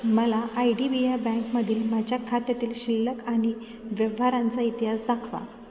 मला I D B या बँकमधील माझ्या खात्यातील शिल्लक आणि व्यवहारांचा इतिहास दाखवा